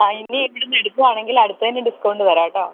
ഇനി ഇവിടെ നിന്ന് എടുക്കുവാണെങ്കിൽ അടുത്തതിന് ഡിസ്കൗണ്ട് തരാം കേട്ടോ